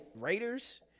Raiders